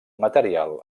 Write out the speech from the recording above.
material